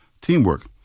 teamwork